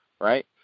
right